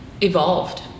evolved